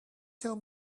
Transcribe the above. tell